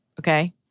Okay